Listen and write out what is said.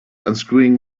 unscrewing